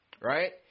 right